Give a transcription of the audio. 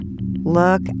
look